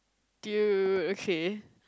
dude okay